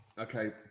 Okay